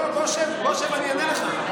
בוא, שב, אני אענה לך.